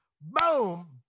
boom